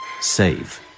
save